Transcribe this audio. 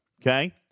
Okay